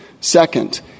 Second